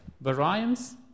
variance